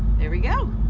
there we go.